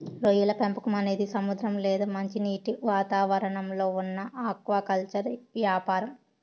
రొయ్యల పెంపకం అనేది సముద్ర లేదా మంచినీటి వాతావరణంలో ఉన్న ఆక్వాకల్చర్ యాపారం